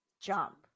jump